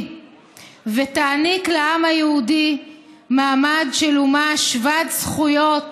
ותעניק לעם היהודי מעמד של אומה שוות זכויות